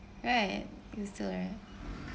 right it's still right